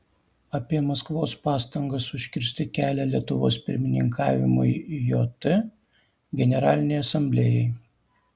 apie maskvos pastangas užkirsti kelią lietuvos pirmininkavimui jt generalinei asamblėjai